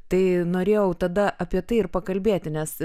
tai norėjau tada apie tai ir pakalbėti nes